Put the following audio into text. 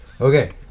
Okay